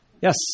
Yes